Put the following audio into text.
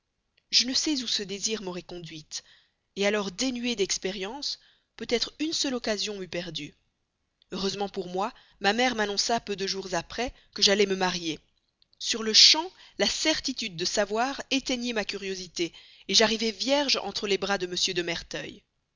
je ne sais où ce désir m'aurait conduite alors dénuée d'expérience peut-être une seule occasion m'eût perdue heureusement pour moi ma mère m'annonça peu de jours après que j'allais me marier sur-le-champ la certitude de savoir éteignit ma curiosité j'arrivai vierge entre les bras de m de merteuil